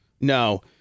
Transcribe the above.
No